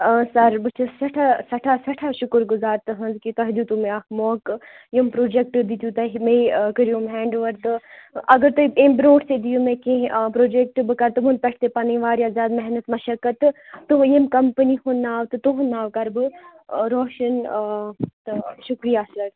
ٲں سَر بہٕ چھس سٮ۪ٹھاہ سٮ۪ٹھاہ سیٹھاہ شُکُر گُزار تُہٕنز کہِ تۄہہِ دِتوٗ مےٚ اکھ موقعہٕ یِم پروجیکٹ دِتیوٗ تۄہہِ مے کٔرِوُم ہینڈاوٚور تہٕ اگر تُہۍ امہِ برونٹھ تہِ دِیوٗ مےٚ کیٚنٛہہ پروجیکٹ بہٕ کَرٕ تُمن پیٹھ تہِ پَنٕنۍ واریاہ زیادٕ محنت مَشَکَت تہٕ ییٚمہِ کَمپٔنی ہُند ناو تہٕ تُہنٛد ناو کَرٕ بہٕ روشن تہٕ شُکریا سَر